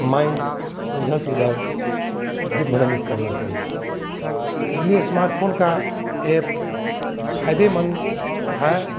mind को इधर से उधर अधिक भ्रमित करना चाहिए इसलिए इस्मार्टफोन का एप फ़ायदेमंद है